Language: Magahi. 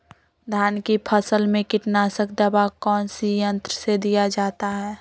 धान की फसल में कीटनाशक दवा कौन सी यंत्र से दिया जाता है?